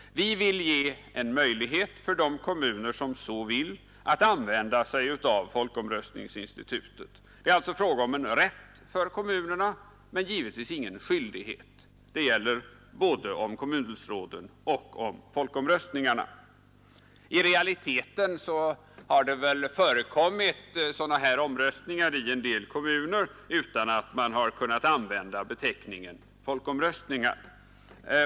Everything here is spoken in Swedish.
Vi vill ge en möjlighet för de kommuner som så önskar att använda sig av folkomröstningsinstitutet. Det är alltså fråga om en rätt för kommunerna och givetvis inte om en skyldighet — det gäller både om kommundelsråden och om folkomröstningarna. I realiteten har det väl förekommit sådana här omröstningar i en del kommuner utan att man kunnat använda beteckningen folkomröstningar.